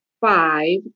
five